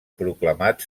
proclamat